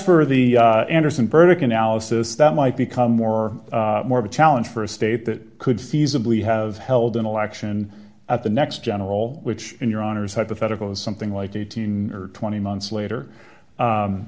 analysis that might become more more of a challenge for a state that could feasibly have held an election at the next general which in your honour's hypothetical is something like eighteen or twenty months later